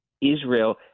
Israel